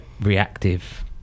reactive